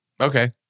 Okay